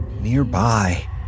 Nearby